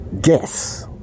guess